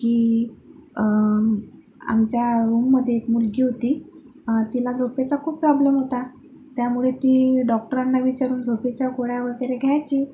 की आमच्या रूममध्ये एक मुलगी होती तिला झोपेचा खूप प्रॉब्लेम होता त्यामुळे ती डॉक्टरांना विचारून झोपेच्या गोळ्या वगैरे घ्यायची